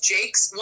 Jake's